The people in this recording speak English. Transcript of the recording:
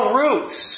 roots